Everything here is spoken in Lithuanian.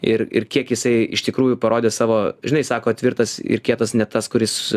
ir ir kiek jisai iš tikrųjų parodė savo žinai sako tvirtas ir kietas ne tas kuris